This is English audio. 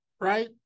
right